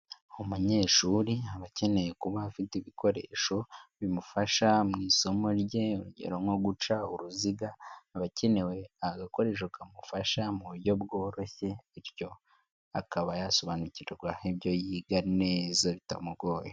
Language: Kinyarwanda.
Umunyeshuri aba akeneye kuba afite ibikoresho bimufasha mu isomo rye urugero nko guca uruziga aba akeneye agakoresha kamufasha bityo akaba yasobanukirwa ibyo yiga bitamugoye.